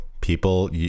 people